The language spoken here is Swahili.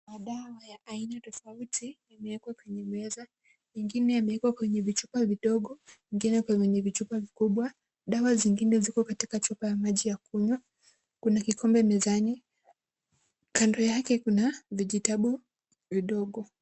Madawa yenye aina tofauti yamewekwa kwa meza, ingine yamewekwa kwenye vichupa vidogo, ingine kwenye vichupa vikubwa, dawa zingine ziko katika chupa ya maji ya kunywa, kuna kikombe mezani, kando yake kuna vijitabu vidogo.